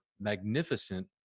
magnificent